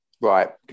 Right